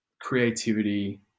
creativity